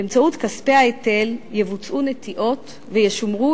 באמצעות כספי ההיטל יבוצעו נטיעות וישומרו